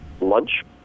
lunch